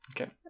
Okay